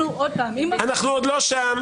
אנחנו עוד לא שם.